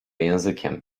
językiem